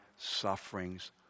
sufferings